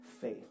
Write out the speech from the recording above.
faith